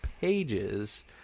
pages